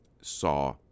saw